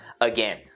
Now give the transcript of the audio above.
Again